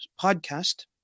Podcast